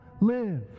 live